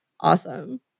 awesome